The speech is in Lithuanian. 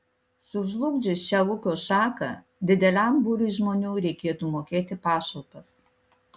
sužlugdžius šią ūkio šaką dideliam būriui žmonių reikėtų mokėti pašalpas